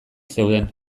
zeuden